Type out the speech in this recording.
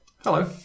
Hello